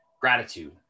gratitude